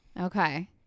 Okay